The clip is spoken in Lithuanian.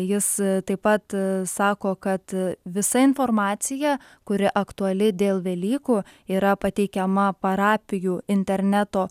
jis taip pat sako kad visa informacija kuri aktuali dėl velykų yra pateikiama parapijų interneto